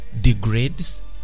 degrades